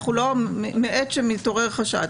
מעת שמתעורר חשד,